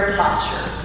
posture